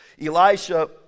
elisha